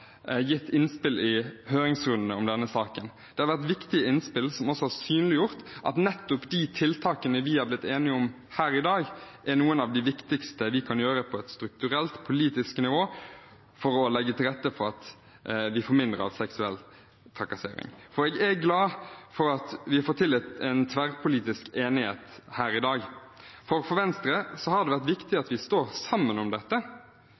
gitt innspill i høringsrundene om denne saken. Det har vært viktige innspill, som også har synliggjort at nettopp de tiltakene vi er blitt enige om her i dag, er noe av det viktigste vi kan gjøre på et strukturelt, politisk nivå for å legge til rette for at vi får mindre av seksuell trakassering. Jeg er glad for at vi får til en tverrpolitisk enighet her i dag. For Venstre har det vært viktig at vi står sammen om dette,